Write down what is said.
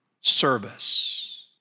service